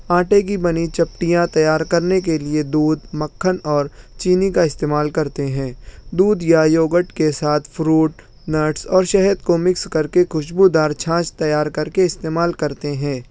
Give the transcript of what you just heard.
آٹے کی بنی چپٹیاں تیار کرنے کے لیے دودھ مکھن اور چینی کا استعمال کرتے ہیں دودھ یا یوگھٹ کے ساتھ فروٹ نٹس اور شہد کو مکس کر کے خوشبودار چھاچھ تیار کر کے استعمال کرتے ہیں